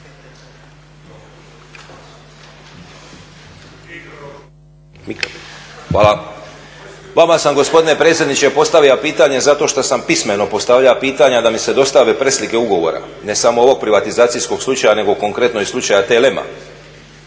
Hvala. Vama sam gospodine predsjedniče postavija pitanje zato šta sam pismeno postavlja pitanja da mi se dostave preslike ugovora ne samo ovog privatizacijskog slučaja, nego konkretno i slučaja TLM-a,